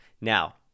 now